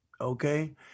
okay